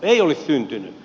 ei olisi syntynyt